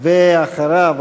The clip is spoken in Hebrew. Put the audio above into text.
ואחריו,